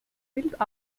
built